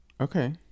Okay